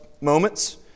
moments